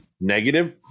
negative